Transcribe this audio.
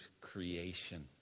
creation